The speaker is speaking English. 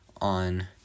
on